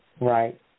Right